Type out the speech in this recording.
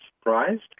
Surprised